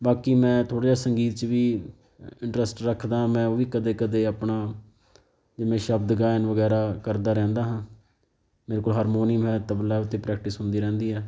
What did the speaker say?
ਬਾਕੀ ਮੈਂ ਥੋੜ੍ਹਾ ਜਿਹਾ ਸੰਗੀਤ 'ਚ ਵੀ ਇੰਟਰਸਟ ਰੱਖਦਾ ਮੈਂ ਉਹ ਵੀ ਕਦੇ ਕਦੇ ਆਪਣਾ ਜਿਵੇਂ ਸ਼ਬਦ ਗਾਇਨ ਵਗੈਰਾ ਕਰਦਾ ਰਹਿੰਦਾ ਹਾਂ ਮੇਰੇ ਕੋਲ ਹਾਰਮੋਨੀਅਮ ਹੈ ਤਬਲਾ 'ਤੇ ਪ੍ਰੈਕਟਿਸ ਹੁੰਦੀ ਰਹਿੰਦੀ ਆ